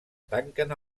tanquen